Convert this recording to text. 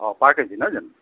অঁ পাৰ কেজি নহয় জানো